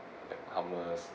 the hummus